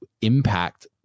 impact